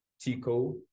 Tico